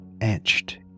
etched